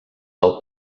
del